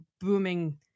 booming